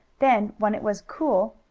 then, when it was cool,